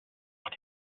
auch